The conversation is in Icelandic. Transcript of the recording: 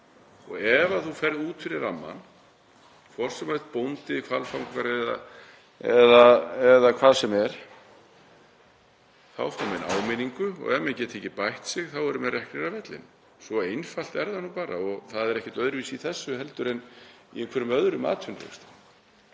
Ef þú ferð út fyrir rammann, hvort sem þú ert bóndi, hvalfangari eða hvað sem er þá færðu áminningu og ef menn geta ekki bætt sig eru þeir reknir af vellinum. Svo einfalt er það nú bara og það er ekkert öðruvísi í þessu heldur en í einhverjum öðrum atvinnurekstri.